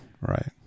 right